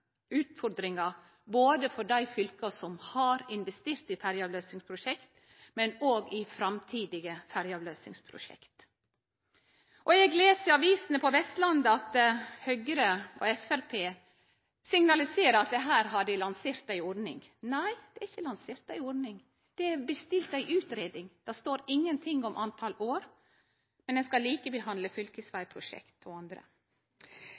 for dei fylka som har investert i ferjeavløysingsprosjekt, men òg ved framtidige ferjeavløysingsprosjekt. Eg les i avisene på Vestlandet at Høgre og Framstegspartiet signaliserer at her har dei lansert ei ordning. Nei, det er ikkje lansert ei ordning, det er bestilt ei utgreiing. Det står ingenting om talet på år, men ein skal likebehandle fylkesvegprosjekt og andre.